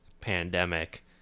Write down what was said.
pandemic